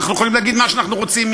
אנחנו יכולים להגיד מה שאנחנו רוצים,